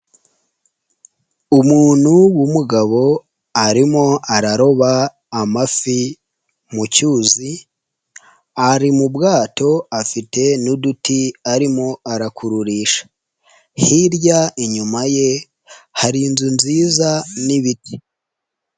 Umuntu w'umugabo arimo araroba amafi mu cyuzi ari mu bwato afite n'uduti arimo arakururisha, hirya inyuma ye hari inzu nziza n'ibiti.